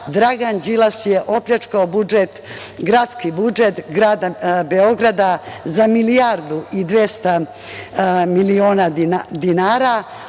Dragan Đilas je opljačkao gradski budžet grada Beograda za milijardu i 200 miliona evra,